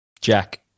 Jack